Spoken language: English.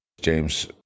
James